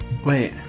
wait